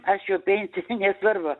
aš jau pensijoj tai nesvarbu